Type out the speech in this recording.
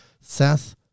Seth